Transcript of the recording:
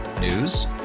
News